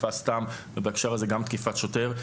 תקיפה סתם ובהקשר הזה גם תקיפת שוטר,